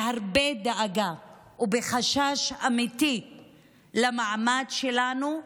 בהרבה דאגה ובחשש אמיתי למעמד שלנו,